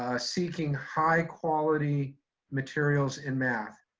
ah seeking high quality materials in math.